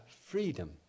freedom